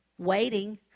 waiting